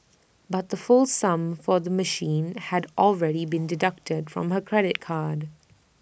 but the full sum for the machine had already been deducted from her credit card